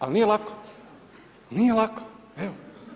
Ali nije lako, nije lako, evo.